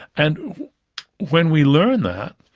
and when we learn that,